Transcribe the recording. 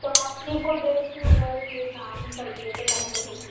three four days میں اگر یہ کام کر دیئے تو بہتر ہوگا